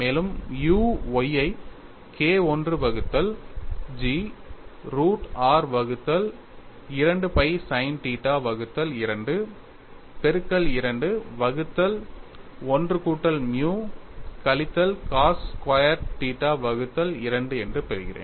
மேலும் u y ஐ K I வகுத்தல் G ரூட் r வகுத்தல் 2 pi sin θ வகுத்தல் 2 பெருக்கல் 2 வகுத்தல் 1 கூட்டல் மியூ கழித்தல் cos ஸ்கொயர் θ வகுத்தல் 2 என்று பெறுகிறேன்